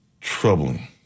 troubling